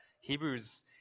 Hebrews